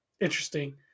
Interesting